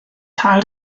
tal